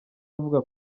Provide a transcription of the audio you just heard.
avuga